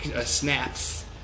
snaps